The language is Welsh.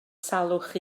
salwch